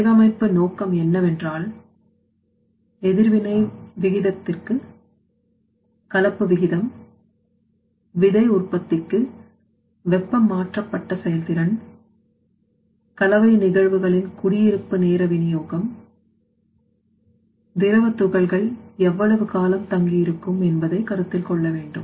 வடிவமைப்பு நோக்கம் என்னவென்றால் எதிர்வினை விகிதத்திற்கு கலப்பு விகிதம் விதை உற்பத்திக்கு வெப்பம் மாற்றப்பட்ட செயல்திறன் கலவை நிகழ்வுகளின் குடியிருப்பு நேர விநியோகம் திரவம் துகள்கள் எவ்வளவு காலம் தங்கி இருக்கும் என்பதை கருத்தில் கொள்ள வேண்டும்